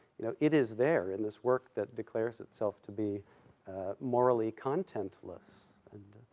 you know, it is there in this work that declares itself to be morally content-less. and